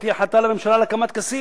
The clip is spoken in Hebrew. הבאתי החלטה לממשלה על הקמת כסיף,